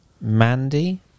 Mandy